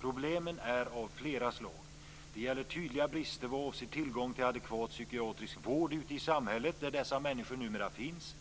Problemen är av flera slag: Det gäller tydliga brister vad avser tillgång till adekvat psykiatrisk vård ute i samhället där, dessa människor numera finns.